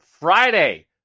Friday